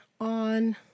on